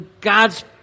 God's